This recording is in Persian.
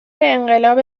انقلاب